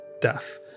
death